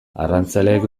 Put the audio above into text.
arrantzaleek